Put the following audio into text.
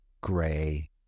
gray